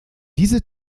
diese